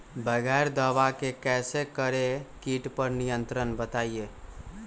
बगैर दवा के कैसे करें कीट पर नियंत्रण बताइए?